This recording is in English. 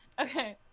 Okay